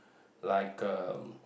like uh